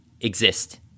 exist